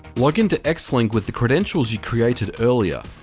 login to xlink with the credentials you created earlier.